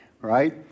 right